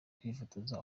kwifotoza